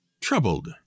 troubled